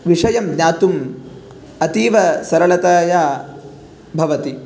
विषयं ज्ञातुम् अतीव सरळतया भवति